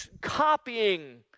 copying